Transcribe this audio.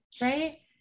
Right